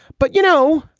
but, you know,